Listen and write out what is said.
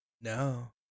No